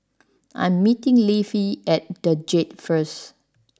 I'm meeting Leif at The Jade first